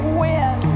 win